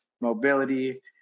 mobility